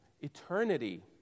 eternity